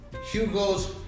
Hugo's